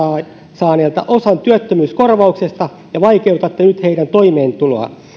saaneelta osan työttömyyskorvauksesta ja vaikeutatte nyt heidän toimeentuloaan